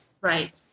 Right